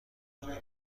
بودند